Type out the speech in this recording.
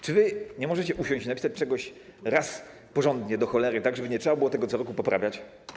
Czy wy nie możecie usiąść i napisać czegoś raz a porządnie, do cholery, tak żeby nie trzeba było tego co roku poprawiać?